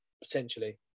potentially